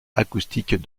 acoustiques